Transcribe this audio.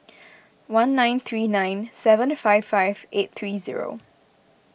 one nine three nine seven five five eight three zero